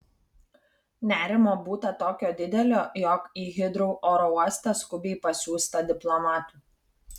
nerimo būta tokio didelio jog į hitrou oro uostą skubiai pasiųsta diplomatų